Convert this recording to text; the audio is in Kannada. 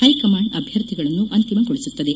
ಹೈಕಮಾಂಡ್ ಅಭ್ಯರ್ಥಿಗಳನ್ನು ಅಂತಿಮಗೊಳಿಸುತ್ತದೆ